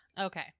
Okay